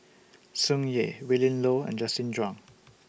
Tsung Yeh Willin Low and Justin Zhuang